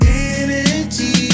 energy